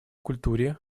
культуре